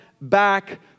back